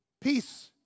Peace